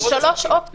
אז שלוש אופציות?